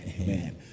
Amen